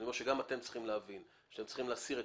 גם אתם צריכים להבין שעליכם להסיר את